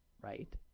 right